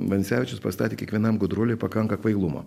vancevičius pastatė kiekvienam gudruoliui pakanka kvailumo